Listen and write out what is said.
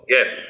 Yes